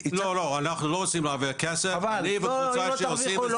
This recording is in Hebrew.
לא לא, אנחנו לא רוצים להרוויח כסף אנחנו עושים את